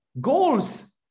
goals